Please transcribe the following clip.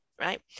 right